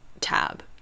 tab